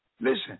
Listen